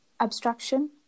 Abstraction